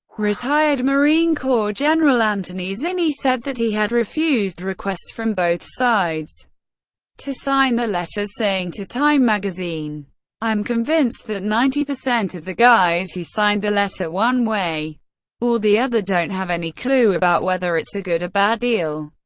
retired marine corps general anthony zinni said that he had refused requests from both sides to sign their letters, saying to time magazine i'm convinced that ninety percent of the guys who signed the letter one way or the other don't have any clue about whether it's a good or bad deal.